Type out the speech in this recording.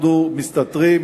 אנחנו מסתתרים,